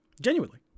genuinely